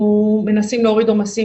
אנחנו מנסים להוריד עומסים,